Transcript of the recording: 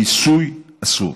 שיסוי, אסור.